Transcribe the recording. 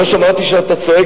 לא שמעתי שאתה צועק,